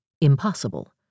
impossible